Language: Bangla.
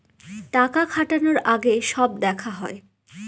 টাকা খাটানোর আগে সব দেখা হয়